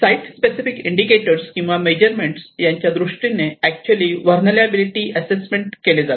site specific indicator किंवा measurement यांच्या दृष्टीने ऍक्च्युली व्हलनेरलॅबीलीटी असेसमेंट केले जाते